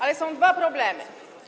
Ale są dwa problemy.